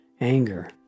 anger